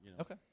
Okay